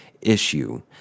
issue